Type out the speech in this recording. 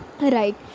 right